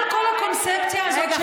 כל הקונספציה הזאת של מכסה,